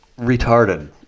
retarded